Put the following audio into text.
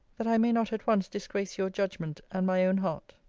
that i may not at once disgrace your judgment, and my own heart.